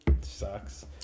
sucks